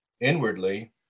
Inwardly